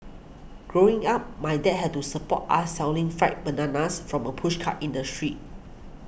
growing up my dad had to support us selling fried bananas from a pushcart in the street